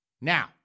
Now